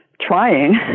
trying